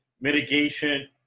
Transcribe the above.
mitigation